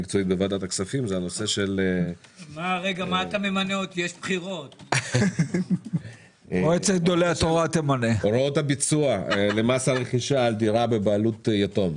הנושא של הוראות הביצוע במס הרכישה על דירה בבעלות יתום,